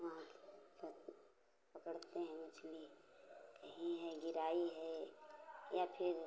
वहाँ पर पकड़ते हैं मछली कहीं है गिरई है या फिर